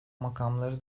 makamları